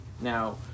Now